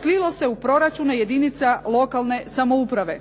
slilo se u proračune jedinica lokalne samouprave.